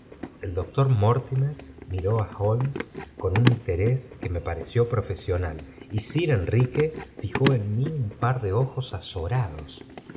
el doctor mortimer miró á holmes oon un inte i rés que me pareció profesional y sir enrique fijó é en mí un par de ojos azorados